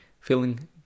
Feeling